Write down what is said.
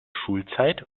schulzeit